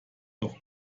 doch